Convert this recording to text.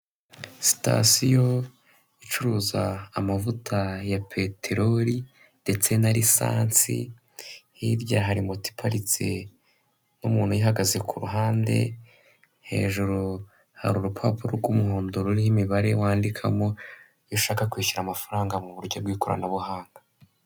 Sitasiyo icuruza amavuta ya peteroli ndetse na lisansi, hirya hari moto iparitse n'umuntu uyihagaze ku ruhande, hejuru hari urupapuro rw'umuhondo rurimo imibare wandikamo iyo ushaka kwishyura amafaranga mu buryo bw'ikoranabuhanga.